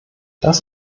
das